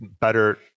better